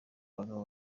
bagabo